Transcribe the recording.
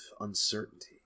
uncertainty